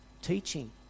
teaching